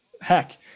heck